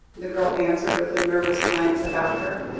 the girl answered with a nervous glance about her.